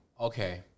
Okay